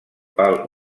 pal